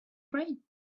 brain